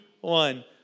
one